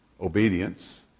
obedience